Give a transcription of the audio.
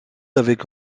avec